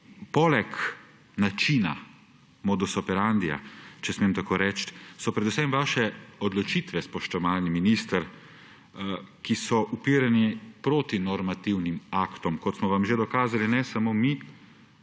poleg načina, modusa operandija, če smem tako reči, so predvsem vaše odločitve, spoštovani minister, ki so uperjeni proti normativnim aktom, kot smo vam že dokazali ne samo mi,